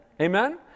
Amen